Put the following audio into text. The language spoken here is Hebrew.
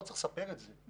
אפילו לא צריך לספר את זה,